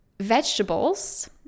vegetables